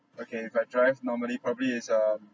okay if I drive normally probably is um